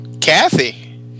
Kathy